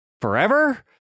forever